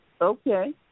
okay